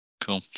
cool